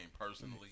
personally